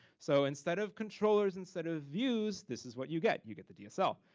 so, instead of controllers, instead of views this is what you get. you get the dsl.